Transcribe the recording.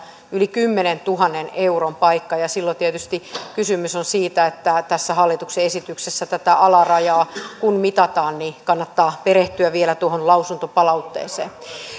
yli kymmenentuhannen euron paikka ja silloin tietysti kysymys on siitä että tässä hallituksen esityksessä kun tätä alarajaa mitataan niin kannattaa perehtyä vielä tuohon lausuntopalautteeseen